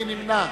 מי נמנע?